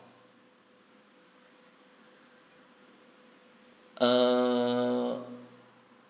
err